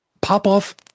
Popoff